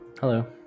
Hello